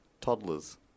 toddlers